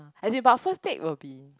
as in but first date will be